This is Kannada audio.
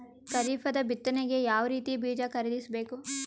ಖರೀಪದ ಬಿತ್ತನೆಗೆ ಯಾವ್ ರೀತಿಯ ಬೀಜ ಖರೀದಿಸ ಬೇಕು?